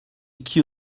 iki